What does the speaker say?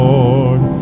Lord